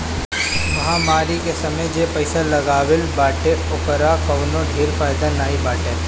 महामारी के समय जे पईसा लगवले बाटे ओकर कवनो ढेर फायदा नाइ बाटे